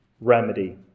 remedy